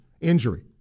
injury